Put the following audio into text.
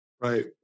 Right